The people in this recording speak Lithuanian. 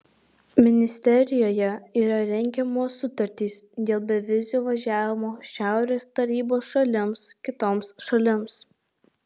ministerijoje yra rengiamos sutartys dėl bevizio važiavimo šiaurės tarybos šalims kitoms šalims